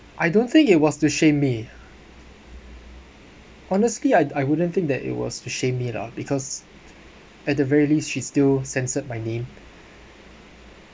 I don't think it was to shame me honestly I I wouldn't think that it was to shame me lah because at the very least she still censored my name